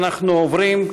אנחנו עוברים,